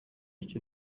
cyo